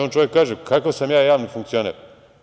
On čovek kaže – kakav sam ja javni funkcioner?